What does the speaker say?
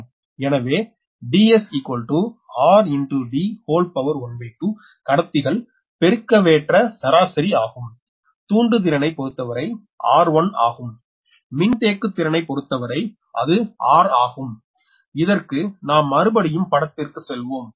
எனவே Ds122 கடத்திகள் பெருக்கவேற்ற சராசரி ஆகும் தூண்டு திறனை பொறுத்தவரை r1 ஆகும் மின்தேக்குத் திறனை பொறுத்த வரை அது r ஆகும் இதற்கு நாம் மறுபடியும் படத்திற்கு செல்வோம்